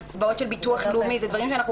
קצבאות של ביטוח לאומי אלה דברים שאנחנו